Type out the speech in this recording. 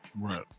right